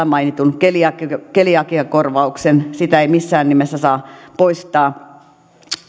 mainitun keliakiakorvauksen sitä ei missään nimessä saa poistaa